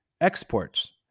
exports